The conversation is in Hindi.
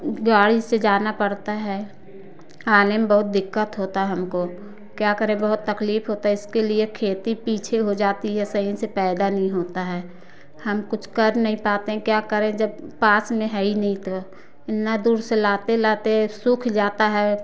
गाड़ी से जाना पड़ता है आने में बहुत दिक्कत होता है हमको क्या करे बहुत तकलीफ़ होता है इसके लिए खेती पीछे हो जाती है सहीं से पैदा नहीं होता है हम कुछ कर नहीं पाते क्या करें जब पास में है ही नहीं तो इतना दूर से लाते लाते सूख जाता है